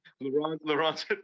Laurent